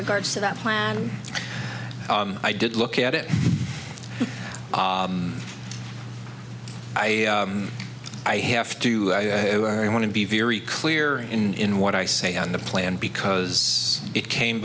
regards to that plan i did look at it i i have to want to be very clear in in what i say on the plan because it came